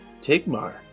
Tigmar